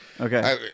okay